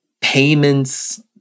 payments